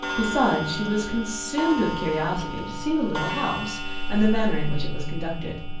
besides, she was consumed with curiosity to see the little house and the manner in which it was conducted.